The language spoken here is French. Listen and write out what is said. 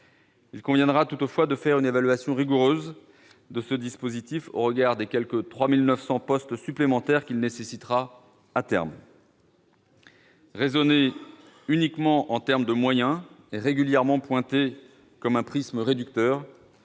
il conviendra de faire une évaluation rigoureuse de ce dispositif au regard des quelque 3 900 postes supplémentaires qu'il nécessitera pour sa mise en oeuvre. Raisonner uniquement en termes de moyens est régulièrement pointé comme un prisme réducteur,